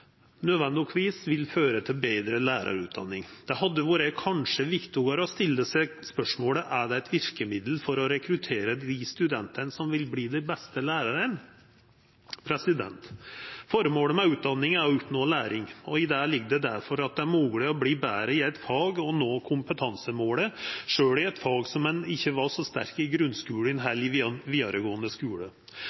vil føra til betre lærarutdanning. Det hadde kanskje vore viktigare å stilla seg spørsmålet: Er det eit verkemiddel for å rekruttera dei studentane som vil verta dei beste lærarane? Formålet med utdanning er å oppnå læring. I det ligg det at det er mogleg å verta betre i eit fag og nå kompetansemålet sjølv i eit fag som ein ikkje var så sterk i i grunnskulen eller vidaregåande skule.